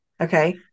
Okay